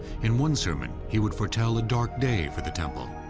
in one sermon, he would foretell a dark day for the temple.